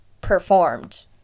performed